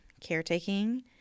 caretaking